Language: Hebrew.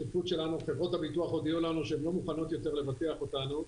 חברות הביטוח הודיעו לנו שהן לא מוכנות לבטח אותנו עוד,